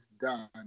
done